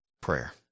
Prayer